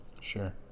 Sure